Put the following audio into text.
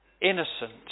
innocent